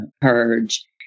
purge